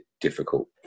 difficult